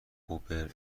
اوبر